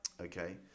Okay